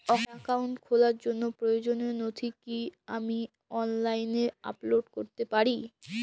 Account খোলার জন্য প্রয়োজনীয় নথি কি আমি অনলাইনে আপলোড করতে পারি?